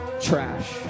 trash